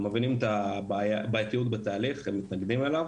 הם מובילים את הבעייתיות בתהליך, הם מתנגדים אליו